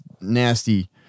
nasty